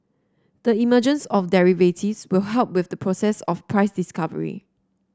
the emergence of derivatives will help with the process of price discovery